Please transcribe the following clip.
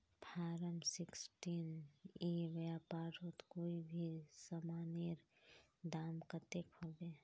Form sixteen ई व्यापारोत कोई भी सामानेर दाम कतेक होबे?